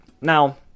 Now